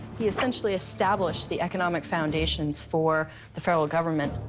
he essentially established the economic foundations for the federal government.